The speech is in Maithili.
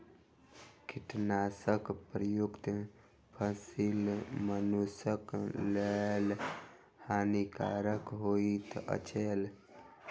कीटनाशक प्रयुक्त फसील मनुषक लेल हानिकारक होइत अछि